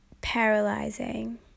paralyzing